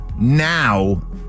now